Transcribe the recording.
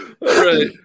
right